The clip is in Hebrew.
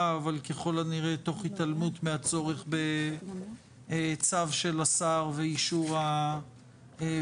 אבל ככל הנראה תוך התעלמות מהצורך בצו של השר ואישור הוועדה.